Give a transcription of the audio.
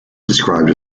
described